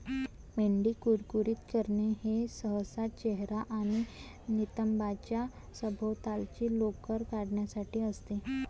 मेंढी कुरकुरीत करणे हे सहसा चेहरा आणि नितंबांच्या सभोवतालची लोकर काढण्यासाठी असते